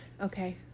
Okay